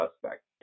suspect